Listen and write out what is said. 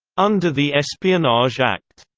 under the espionage act.